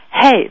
hey